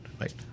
right